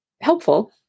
helpful